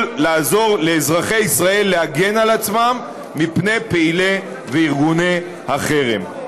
לעזור לאזרחי ישראל להגן על עצמם מפני פעילי החרם וארגוני החרם.